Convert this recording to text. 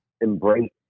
Embrace